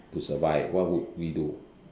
to survive what would we do